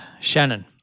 Shannon